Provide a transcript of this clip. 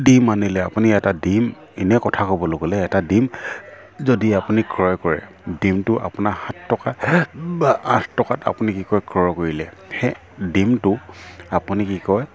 ডিম আনিলে আপুনি এটা ডিম এনেই কথা ক'বলৈ গ'লে এটা ডিম যদি আপুনি ক্ৰয় কৰে ডিমটো আপোনাৰ সাত টকা বা আঠ টকাত আপুনি কি কয় ক্ৰয় কৰিলে সেই ডিমটো আপুনি কি কয়